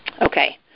Okay